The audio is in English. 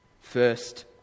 first